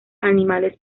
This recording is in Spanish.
animales